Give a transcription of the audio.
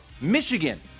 Michigan